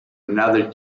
another